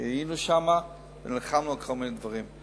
כשהיינו שם ונלחמנו על כל מיני דברים.